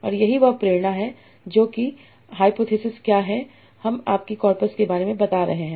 और यही वह प्रेरणा है जो कि हाइपोथिसिस क्या है हम आपकी कार्पस के बारे में बता रहे हैं